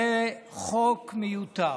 זה חוק מיותר.